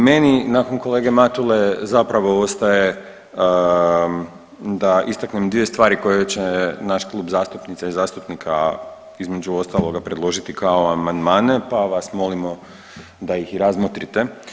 Meni nakon kolege Matule zapravo ostaje da istaknem dvije stvari koje će naš klub zastupnica i zastupnika između ostaloga predložiti kao amandmane, pa vas molimo da ih i razmotrite.